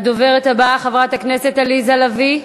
הדוברת הבאה, חברת הכנסת עליזה לביא.